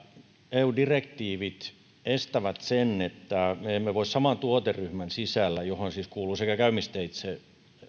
eu direktiivit estävät sen että voisimme saman tuoteryhmän sisällä johon siis kuuluvat sekä käymisteitse